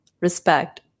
Respect